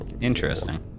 Interesting